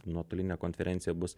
nuotolinė konferencija bus